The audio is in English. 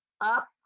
up